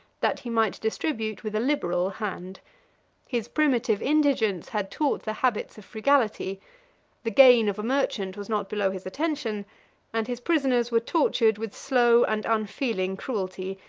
that he might distribute with a liberal, hand his primitive indigence had taught the habits of frugality the gain of a merchant was not below his attention and his prisoners were tortured with slow and unfeeling cruelty,